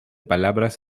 palabras